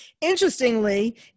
interestingly